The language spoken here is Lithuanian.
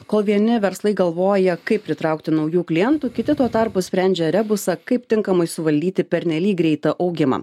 kol vieni verslai galvoja kaip pritraukti naujų klientų kiti tuo tarpu sprendžia rebusą kaip tinkamai suvaldyti pernelyg greitą augimą